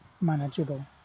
manageable